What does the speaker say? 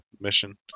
mission